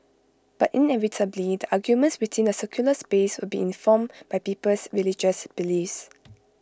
but inevitably the arguments within the secular space will be informed by people's religious beliefs